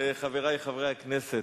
חברי חברי הכנסת,